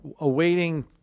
awaiting